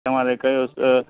તમારે કયો